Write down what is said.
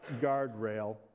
guardrail